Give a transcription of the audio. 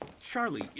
Charlie